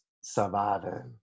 surviving